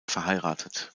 verheiratet